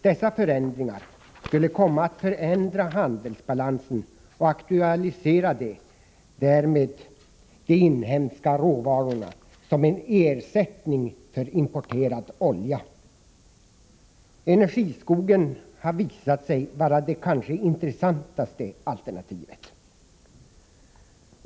Dessa förändringar skulle komma att förändra handelsbalansen och aktualiserade därmed de inhemska råvarorna som en ersättning för importerad olja. Energiskogen har visat sig vara det kanske intressantaste alternativet.